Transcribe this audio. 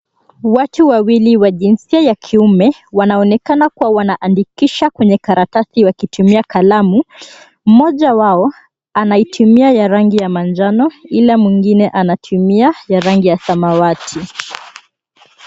Watu wawili wa jinsia ya kiume wanaonekana kuwa wanaandikisha kwenye karatasi wakitumia kalamu. Mmoja wao anatumia ya rangi manjano ilhali mwingine anatumia ya rangi ya samawati.